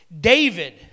David